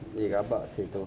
eh rabak seh tu